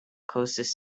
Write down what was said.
closest